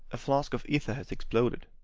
a flask of ether has exploded.